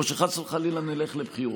או שחס וחלילה נלך לבחירות,